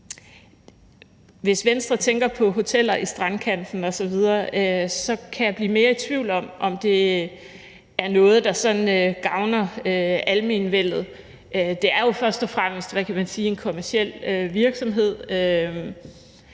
hvis Venstre tænker på hoteller i strandkanten osv., så kan jeg blive mere i tvivl om, om det er noget, der gavner almenvellet. Det er jo først og fremmest en kommerciel virksomhed,